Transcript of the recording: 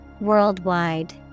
Worldwide